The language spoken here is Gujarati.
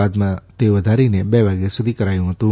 બાદમાં તે વધારીને બે વાગ્યા સુધી કરાયું હતું